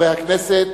חברי הכנסת,